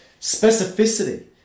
Specificity